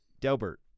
Delbert